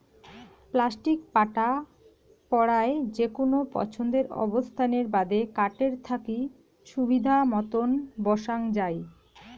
plastic পাটা পরায় যেকুনো পছন্দের অবস্থানের বাদে কাঠের থাকি সুবিধামতন বসাং যাই